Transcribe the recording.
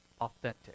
authentic